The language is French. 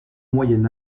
moyen